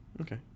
Okay